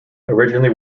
originally